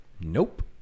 Nope